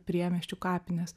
priemiesčių kapinės